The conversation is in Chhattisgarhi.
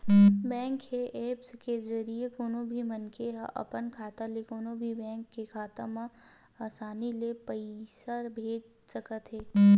बेंक के ऐप्स के जरिए कोनो भी मनखे ह अपन खाता ले कोनो भी बेंक के खाता म असानी ले पइसा भेज सकत हे